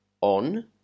on